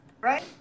Right